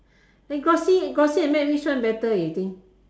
glossy glossy and matt which one better you think